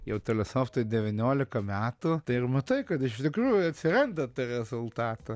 jau telesoftui devyniolika metų tai ir matai kad iš tikrųjų atsiranda to rezultato